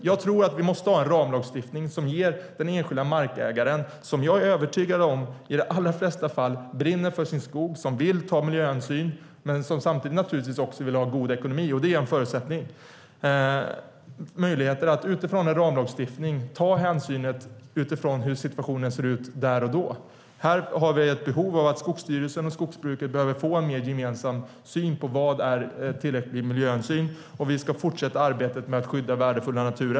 Jag tror att vi måste ha en ramlagstiftning som ger den enskilda markägaren, som jag är övertygad om brinner för sin skog i de allra flesta fall och vill ta miljöhänsyn men samtidigt naturligtvis också vill ha en god ekonomi, vilket är en förutsättning, möjligheter att ta hänsyn utifrån hur situationen ser ut där och då. Här har vi ett behov av att Skogsstyrelsen och skogsbruket får en mer gemensam syn på vad som är tillräcklig miljöhänsyn. Vi ska fortsätta arbetet med att skydda värdefull natur.